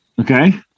Okay